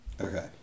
Okay